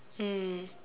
mm